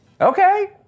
Okay